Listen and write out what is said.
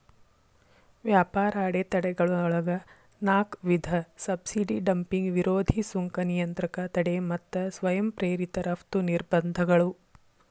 ವ್ಯಾಪಾರ ಅಡೆತಡೆಗಳೊಳಗ ನಾಕ್ ವಿಧ ಸಬ್ಸಿಡಿ ಡಂಪಿಂಗ್ ವಿರೋಧಿ ಸುಂಕ ನಿಯಂತ್ರಕ ತಡೆ ಮತ್ತ ಸ್ವಯಂ ಪ್ರೇರಿತ ರಫ್ತು ನಿರ್ಬಂಧಗಳು